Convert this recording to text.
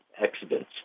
accidents